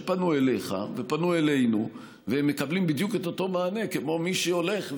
שפנו אליך ופנו אלינו והם מקבלים בדיוק את אותו מענה כמו מי שהולך,